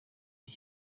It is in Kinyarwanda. iki